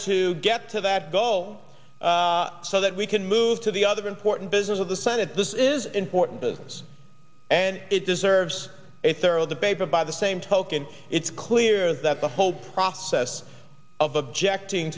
to get to that goal so that we can move to the other important business of the senate this is important business and it deserves a thorough the paper by the same token it's clear that the whole process of objecting